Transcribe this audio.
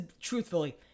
truthfully